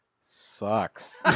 sucks